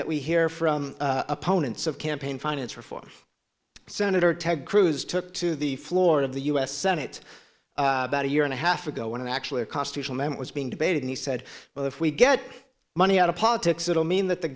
that we hear from opponents of campaign finance reform senator ted cruz took to the floor of the u s senate about a year and a half ago when actually a constitutional memo was being debated and he said well if we get money out of politics it will mean that the